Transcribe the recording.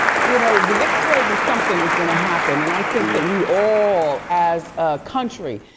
you know the next wave of something is gonna happen and i think that we all, as a country,